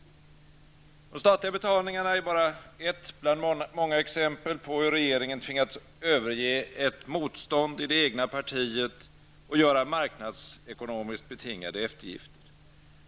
De statliga betalningarna är bara ett bland många exempel på hur regeringen tvingats överge ett motstånd i det egna partiet och göra marknadsekonomiskt betingade eftergifter.